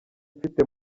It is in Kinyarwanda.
mfite